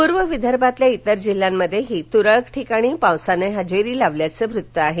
पूर्व विदर्भातल्या इतर जिल्ह्यांतही तुरळक ठिकाणी पावसानं हजेरी लावल्याचं वृत्त आहे